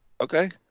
Okay